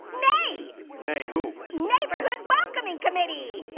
neigh. neigh who? neighborhood welcoming committee.